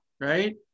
right